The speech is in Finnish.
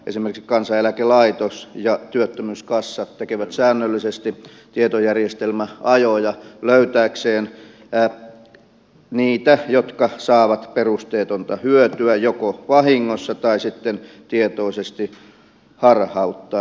esimerkiksi kansaneläkelaitos ja työttömyyskassa tekevät säännöllisesti tietojärjestelmäajoja löytääkseen niitä jotka saavat perusteetonta hyötyä joko vahingossa tai sitten tietoisesti harhauttaen